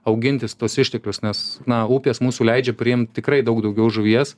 augintis tuos išteklius nes na upės mūsų leidžia priimt tikrai daug daugiau žuvies